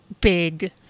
big